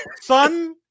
son